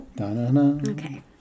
Okay